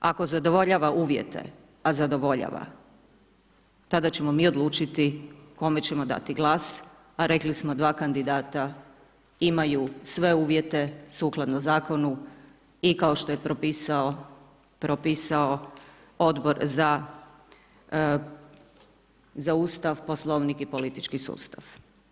Ako zadovoljava uvjete, a zadovoljava, tada ćemo mi odlučiti kome ćemo dati glas, a rekli smo 2 kandidata imaju sve uvjete sukladno Zakonu i kao što je propisao Odbor za Ustav, Poslovnik i politički sustav.